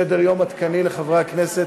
סדר-יום עדכני לחברי הכנסת,